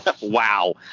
Wow